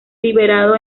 liberado